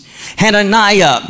Hananiah